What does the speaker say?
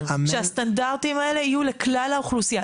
שהסטנדרטים האלה יהיו לכלל האוכלוסייה.